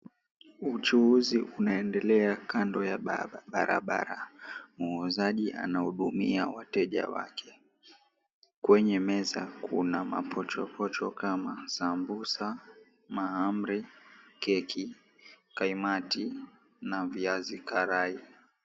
Uchuuzi unaendelea kando ya barabara. Muuzaji anahudumia wateja wake. Kwenye meza kuna mapochopocho kama sambusa, mahamri, keki, kaimati na viazi karai.